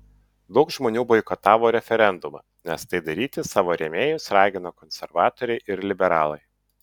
daug žmonių boikotavo referendumą nes tai daryti savo rėmėjus ragino konservatoriai ir liberalai